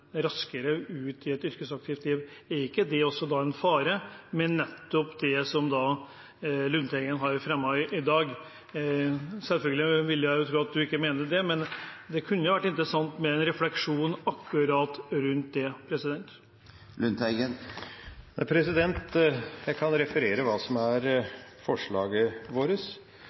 raskere ut i et yrkesaktivt liv? Er ikke det en fare med det forslaget som Lundteigen har fremmet i dag? Selvfølgelig vil jeg tro at han ikke mener det, men det kunne vært interessant med en refleksjon rundt akkurat det. Jeg kan referere hva som er forslaget vårt: